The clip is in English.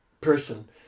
person